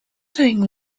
doing